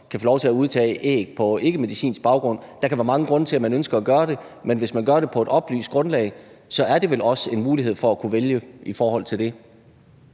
kan få lov til at udtage æg på ikkemedicinsk baggrund. Der kan være mange grunde til, at man ønsker at gøre det, men hvis man gør det på et oplyst grundlag, er det vel også en mulighed for at kunne vælge i forhold til det.